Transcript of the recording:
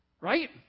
right